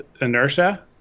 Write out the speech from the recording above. inertia